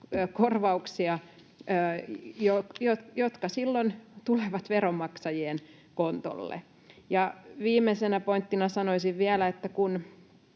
korvauksia, jotka silloin tulevat veronmaksajien kontolle. Viimeisenä pointtina sanoisin vielä, että kun